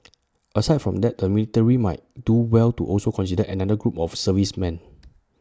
aside from that the military might do well to also consider another group of servicemen